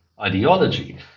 ideology